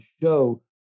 show